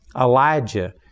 Elijah